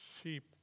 sheep